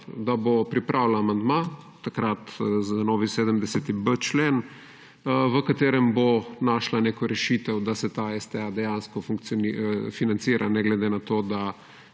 da bo pripravila amandma, takrat, za novi 70.b člen, v katerem bo našla neko rešitev, da se ta STA dejansko financira, ne glede na to, da